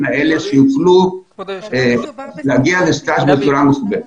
האלה כדי שיוכלו להגיע להתמחות בצורה מסודרת.